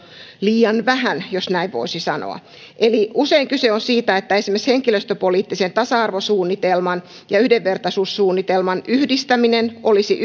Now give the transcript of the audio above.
liian vähän jos näin voisi sanoa eli usein kyse on siitä että esimerkiksi henkilöstöpoliittisen tasa arvosuunnitelman ja yhdenvertaisuussuunnitelman yhdistäminen olisi